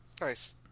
Nice